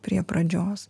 prie pradžios